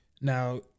Now